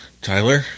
Tyler